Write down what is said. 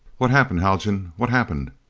what's happened, haljan? what's happened?